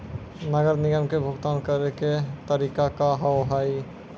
नगर निगम के भुगतान करे के तरीका का हाव हाई?